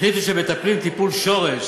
החליטו שהם מטפלים טיפול שורש